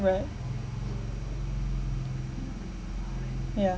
right yeah